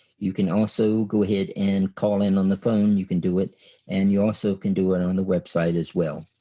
you can also go ahead and call in on the phone. you can do it and you also can do it and on the website as well.